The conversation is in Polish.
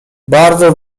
bardzo